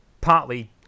partly